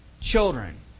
children